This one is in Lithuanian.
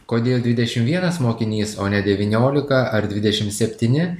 kodėl dvidešimt vienas mokinys o ne devyniolika ar dvidešimt septyni